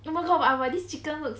oh my god but our this chicken looks